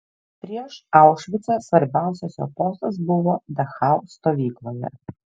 prieš aušvicą svarbiausias jo postas buvo dachau stovykloje